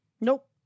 Nope